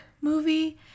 movie